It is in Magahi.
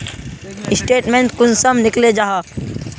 स्टेटमेंट कुंसम निकले जाहा?